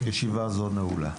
ישיבה זאת נעולה.